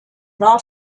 war